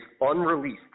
unreleased